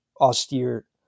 austere